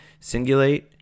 Singulate